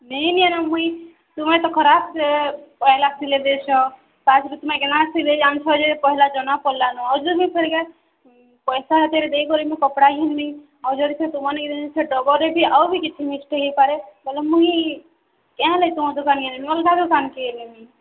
ନେଇନିଏନ ମୁଇଁ ତୁମେ ତ ଖରାପ୍ ସେ ପହେଲା ସିଲେଇ ଦେଇଛ ତାପରେ ତୁମେ କେନ୍ତା କରି ଆସିଲେ ଜାନିଛ ଯେ ପହେଲା ଜଣା ପଡ଼୍ଲାନ ଆଉ ଯଦିବି ଫେର୍ଘାଏ ପଇସା ହାତ୍ରେ ଦେଇକରି ମୁଇଁ କପ୍ଡ଼ା ଘିନମି ଆଉ ଯଦି ସେ ତୁମର୍ ନିକେ ସେ ଡବଲ୍ରେ ବି ଆଉ ବି କିଛି ମିସ୍ ହେଇପାରେ ବେଲେ ମୁଇଁ କାହିଁଲେ ତୁମ ଦୋକାନକେ ନେମି ଅଲ୍ଗା ଦୋକାନକେ ନେମି